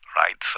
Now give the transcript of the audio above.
right